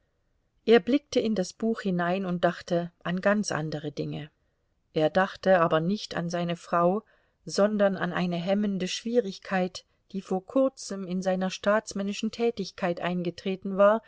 er blickte in das buch hinein und dachte an ganz andere dinge er dachte aber nicht an seine frau sondern an eine hemmende schwierigkeit die vor kurzem in seiner staatsmännischen tätigkeit eingetreten war